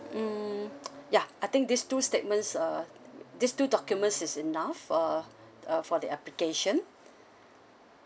mm ya I think these two statements uh these two documents is enough uh for the application